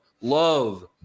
love